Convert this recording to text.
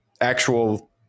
actual